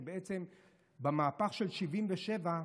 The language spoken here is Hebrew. שבעצם במהפך של 77'